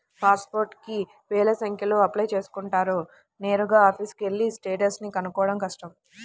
pass పోర్టుకి వేల సంఖ్యలో అప్లై చేసుకుంటారు నేరుగా ఆఫీసుకెళ్ళి స్టేటస్ ని కనుక్కోడం కష్టం